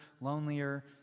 lonelier